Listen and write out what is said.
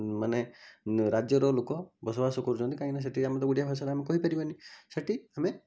ମାନେ ରାଜ୍ୟର ଲୋକ ବସବାସ କରୁଛନ୍ତି କାହିଁକିନା ସେଇଠି ଆମେ ତ ଓଡ଼ିଆ ଭାଷାରେ ଆମେ କହିପାରିବାନି ସେଇଠି ଆମେ